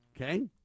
okay